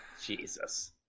Jesus